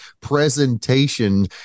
presentation